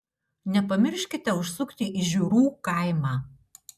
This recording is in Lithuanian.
nepamirškite užsukti į žiurų kaimą